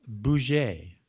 bouger